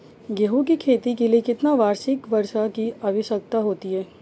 गेहूँ की खेती के लिए कितनी वार्षिक वर्षा की आवश्यकता होती है?